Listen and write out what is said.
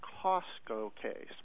costco case